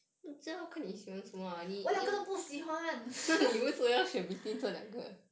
我两个都不喜欢